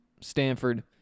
Stanford